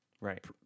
right